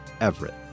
Everett